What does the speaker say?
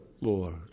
Lord